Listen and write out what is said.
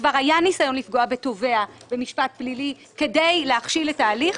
וכבר היה ניסיון לפגוע בתובע במשפט פלילי כדי להכשיל את ההליך.